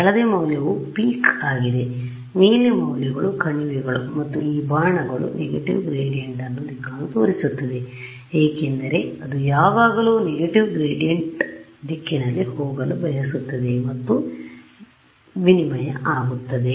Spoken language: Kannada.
ಹಳದಿ ಮೌಲ್ಯವು ಪೀಕ್ಆಗಿದೆ ನೀಲಿ ಮೌಲ್ಯಗಳು ಕಣಿವೆಗಳು ಮತ್ತು ಈ ಬಾಣಗಳು ನೆಗೆಟಿವ್ ಗ್ರೇಡಿಯಂಟ್ನ ದಿಕ್ಕನ್ನು ತೋರಿಸುತ್ತಿವೆ ಏಕೆಂದರೆ ಅದು ಯಾವಾಗಲೂ ನೆಗೆಟಿವ್ ಗ್ರೇಡಿಯಂಟ್ನ ದಿಕ್ಕಿನಲ್ಲಿ ಹೋಗಲು ಬಯಸುತ್ತದೆ ಮತ್ತು ಮಿನಿಮಾ ಆಗುತ್ತದೆ